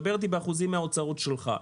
תדבר באחוזים מן ההוצאות שלך.